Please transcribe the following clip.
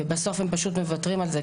והם בסוף הם פשוט מוותרים על זה,